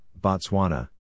Botswana